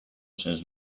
cents